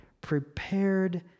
prepared